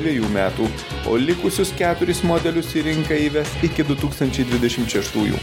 dvejų metų o likusius keturis modelius į rinką įves iki du tūkstančiai dvidešimt šeštųjų